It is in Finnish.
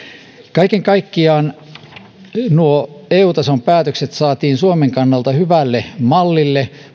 kaiken kaikkiaan nuo eu tason päätökset saatiin suomen kannalta hyvälle mallille